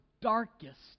darkest